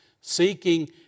Seeking